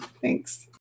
Thanks